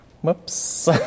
Whoops